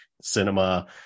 cinema